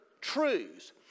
truths